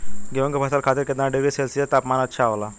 गेहूँ के फसल खातीर कितना डिग्री सेल्सीयस तापमान अच्छा होला?